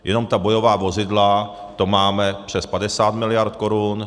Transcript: Jenom ta bojová vozidla, to máme přes 50 mld. korun.